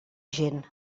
gent